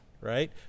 Right